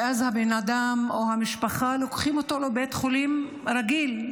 ואז הבן אדם או המשפחה לוקחים אותו לבית חולים רגיל.